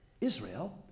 Israel